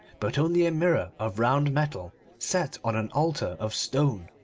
but only a mirror of round metal set on an altar of stone.